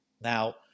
now